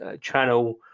channel